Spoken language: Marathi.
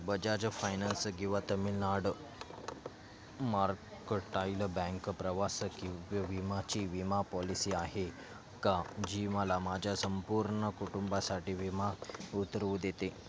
बजाज फायनान्स किंवा तमिळनाड मार्कटाईल बँक प्रवास किंवा विमाची विमा पॉलिसी आहे का जी मला माझ्या संपूर्ण कुटुंबासाठी विमा उतरवू देते